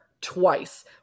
twice